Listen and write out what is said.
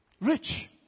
rich